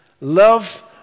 love